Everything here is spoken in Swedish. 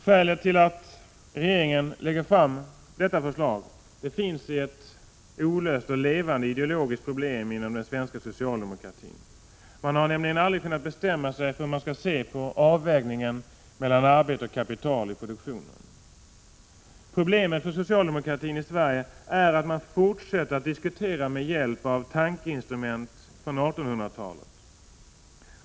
Skälet till att regeringen lägger fram detta förslag finns i ett olöst och levande ideologiskt problem inom den svenska socialdemokratin. Man har nämligen aldrig kunnat bestämma sig för hur man skall se på avvägningen mellan arbete och kapital i produktionen. Problemet för socialdemokratin är att man fortsätter att diskutera med hjälp av tankeinstrument från 1800-talet.